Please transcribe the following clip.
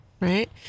right